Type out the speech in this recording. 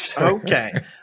okay